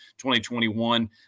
2021